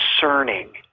discerning